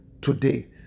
today